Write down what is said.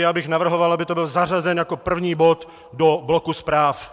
Já bych navrhoval, aby byl zařazen jako první bod do bloku zpráv.